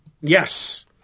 Yes